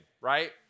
right